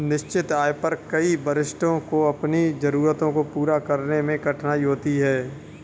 निश्चित आय पर कई वरिष्ठों को अपनी जरूरतों को पूरा करने में कठिनाई होती है